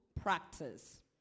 practice